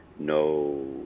No